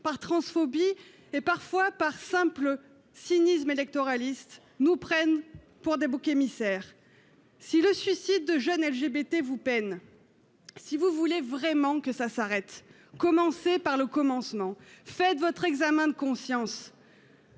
par transphobie, parfois par simple cynisme électoraliste, nous prennent pour des boucs émissaires. Si le suicide de jeunes LGBT vous peine, si vous voulez réellement que cela s'arrête, commencez par le commencement ! Faites votre examen de conscience